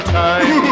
time